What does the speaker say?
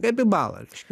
kaip į balą reiškia